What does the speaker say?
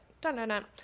Dun-dun-dun